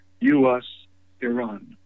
U.S.-Iran